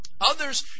Others